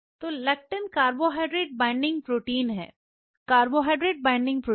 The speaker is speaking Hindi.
तो लेक्टिन कार्बोहाइड्रेट बाइंडिंग प्रोटीन हैं कार्बोहाइड्रेट बाइंडिंग प्रोटीन